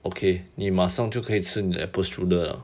okay 你马上就可以吃你的 apple strudel liao